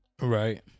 Right